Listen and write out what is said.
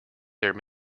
there